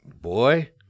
boy